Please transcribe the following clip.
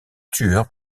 tueurs